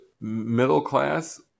middle-class